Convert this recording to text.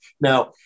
Now